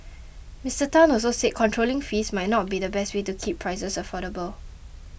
Mister Tan also said controlling fees might not be the best way to keep prices affordable